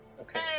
Okay